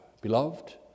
beloved